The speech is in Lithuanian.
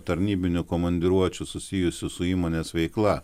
tarnybinių komandiruočių susijusių su įmonės veikla